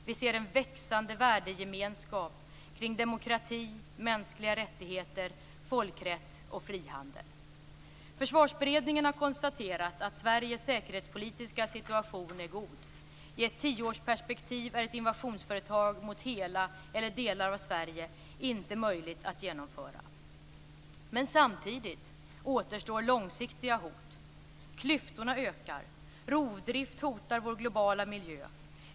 Vi ser en växande värdegemenskap kring demokrati, mänskliga rättigheter, folkrätt och frihandel. Försvarsberedningen har konstaterat att Sveriges säkerhetspolitiska situation är god. I ett tioårsperspektiv är ett invasionsföretag mot hela eller delar av Sverige inte möjligt att genomföra. Samtidigt återstår långsiktiga hot. Klyftorna ökar. Rovdrift hotar vår globala miljö.